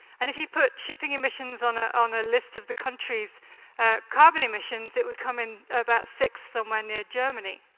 and if you put shipping emissions on ah on a list of the countries' carbon emissions, it would come in about sixth, somewhere near germany.